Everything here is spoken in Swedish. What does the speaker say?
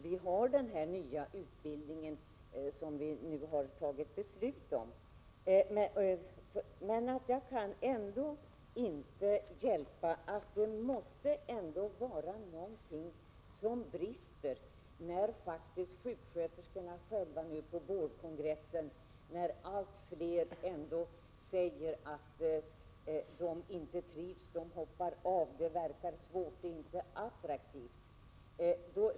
Visst har den nya utbildningen förtjänster, men det måste ändå vara någonting som brister, när flera blivande sjuksköterskor känner att de inte vill fortsätta utan hoppar av. Det är inte längre attraktivt.